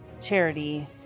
charity